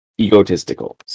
egotistical